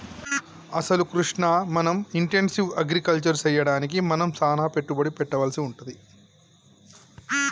అసలు కృష్ణ మనం intensive agriculture సెయ్యడానికి మనం సానా పెట్టుబడి పెట్టవలసి వుంటది